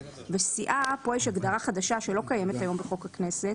התשנ"ב 1992,". סיעה פה יש הגדרה חדשה שלא קיימת היום בחוק הכנסת